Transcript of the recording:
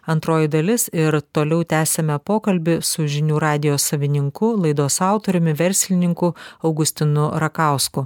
antroji dalis ir toliau tęsiame pokalbį su žinių radijo savininku laidos autoriumi verslininku augustinu rakausku